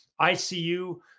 ICU